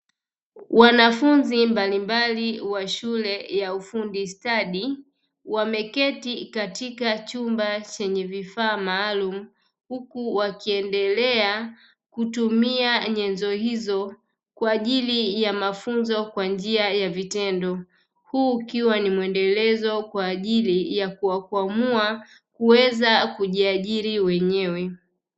Wanafunzi mbalimbali wa shule ya ufundi stadi, wameketi katika chumba chenye vifaa maalumu, huku wakiendelea kutumia nyenzo hizo kwa ajili ya mafunzo kwa njia ya vitendo. Huu ukiwa ni mwendelezo kwa ajili ya kuwakwamua kuweza kujiajiri wenyewe.